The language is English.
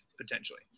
potentially